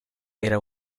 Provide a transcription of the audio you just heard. era